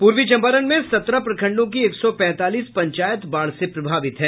पूर्वी चंपारण में सत्रह प्रखंडों की एक सौ पैंतालीस पंचायत बाढ़ से प्रभावित हैं